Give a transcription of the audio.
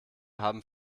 haben